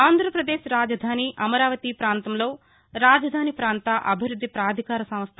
ఆంధ్రప్రదేశ్ రాజధాని అమరావతి ప్రాంతంలో రాజధాని ప్రాంత అభివృద్ది పాధికార సంస్ట